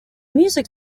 music